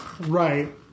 Right